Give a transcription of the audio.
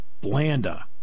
Blanda